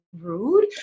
rude